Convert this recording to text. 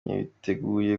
niteguye